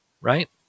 right